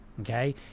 Okay